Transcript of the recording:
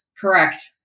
Correct